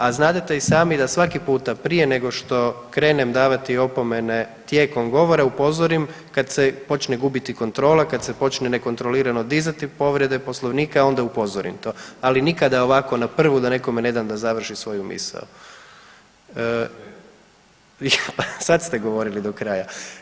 A znate i sami da svaki puta prije nego što krenem davati opomene tijekom govora upozorim kad se počne gubiti kontrola, kad se počne nekontrolirano dizati povrede Poslovnika onda upozorim to, ali nikada ovako na prvu da nekome ne dam da završi svoju misao. … [[Upadica: Ne razumije se.]] Sad ste govorili do kraja.